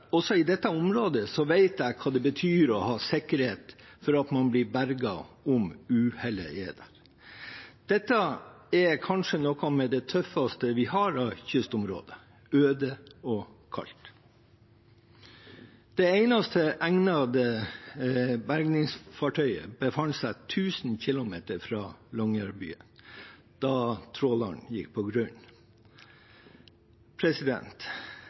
også i dette området vet jeg hva det betyr å ha sikkerhet for at man blir berget om uhellet er ute. Dette er kanskje noe av det tøffeste vi har av kystområder, øde og kaldt. Det eneste egnede bergingsfartøyet befant seg 1 000 km fra Longyearbyen da tråleren gikk på grunn.